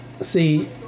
See